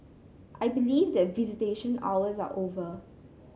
I believe that visitation hours are over